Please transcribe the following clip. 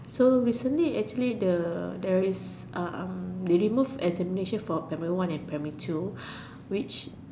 so recently actually the there is um they remove examination for primary one and two which